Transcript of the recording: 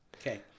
Okay